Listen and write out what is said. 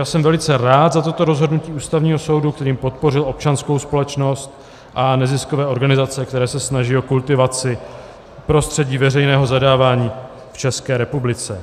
Jsem velice rád za toto rozhodnutí Ústavního soudu, kterým podpořil občanskou společnost a neziskové organizace, které se snaží o kultivaci prostředí veřejného zadávání v České republice.